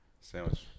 Sandwich